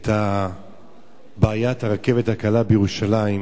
את בעיית הרכבת הקלה בירושלים,